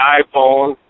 iPhone